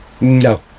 No